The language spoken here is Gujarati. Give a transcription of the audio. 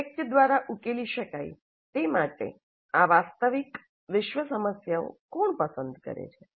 પ્રોજેક્ટ દ્વારા ઉકેલી શકાય તે માટે આ વાસ્તવિક વિશ્વ સમસ્યાઓ કોણ પસંદ કરે છે